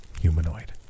humanoid